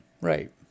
Right